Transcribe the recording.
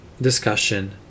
Discussion